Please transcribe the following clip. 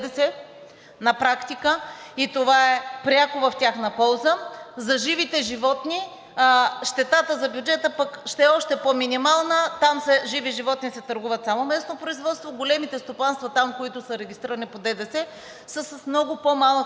на практика това е пряко в тяхна полза. За живите животни щетата за бюджета пък ще е още по-минимална – живите животни се търгуват само местно производство, а големите стопанства там, които са регистрирани по ДДС, са с много по-малък обем.